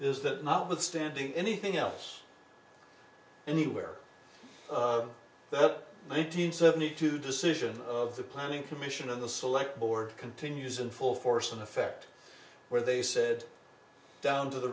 is that notwithstanding anything else anywhere the nineteen seventy two decision of the planning commission of the select board continues in full force and effect where they said down to the